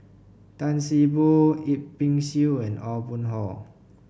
Tan See Boo Yip Pin Xiu and Aw Boon Haw